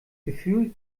gefühl